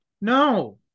No